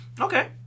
Okay